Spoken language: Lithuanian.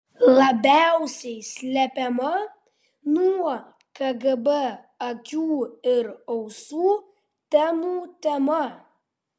labiausiai slepiama nuo kgb akių ir ausų temų tema